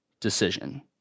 decision